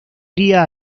iría